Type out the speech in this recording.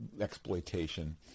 exploitation